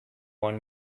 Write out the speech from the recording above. want